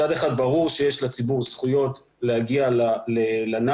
מצד אחד ברור שיש לציבור זכויות להגיע לנחל,